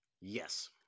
Yes